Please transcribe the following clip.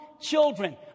children